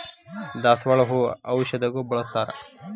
ದಾಸಾಳ ಹೂ ಔಷಧಗು ಬಳ್ಸತಾರ